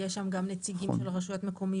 יש שם גם נציגים של הרשויות המקומיות